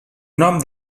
nom